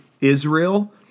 Israel